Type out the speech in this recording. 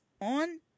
on